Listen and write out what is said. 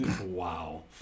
Wow